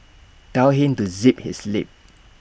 tell him to zip his lip